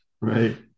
Right